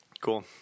Cool